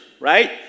right